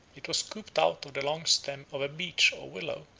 it was scooped out of the long stem of a beech or willow,